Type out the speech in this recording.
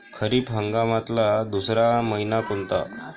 खरीप हंगामातला दुसरा मइना कोनता?